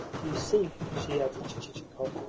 you see, she added to chichikov,